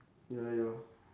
ya